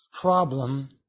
problem